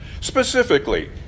Specifically